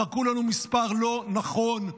זרקו לנו מספר לא נכון, לא נכון,